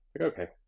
Okay